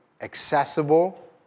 accessible